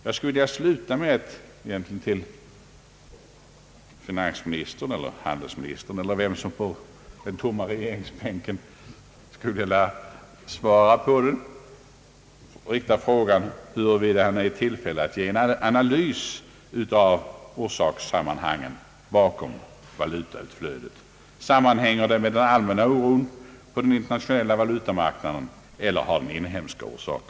Jag skulle vilja sluta med att till finansministern eller handelsministern, eller till vem som från den tomma regeringsbänken skulle vilja svara, rikta frågan huruvida han är i tillfälle att ge en analys av orsakssammanhanget bakom valutautflödet. Sammanhänger det med den allmänna oron på den internationella valutamarknaden eller har det inhemska orsaker?